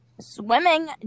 Swimming